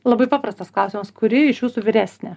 labai paprastas klausimas kuri iš jūsų vyresnė